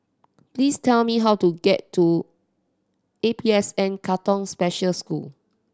please tell me how to get to A P S N Katong Special School